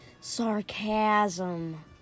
sarcasm